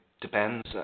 depends